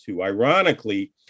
Ironically